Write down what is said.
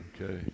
Okay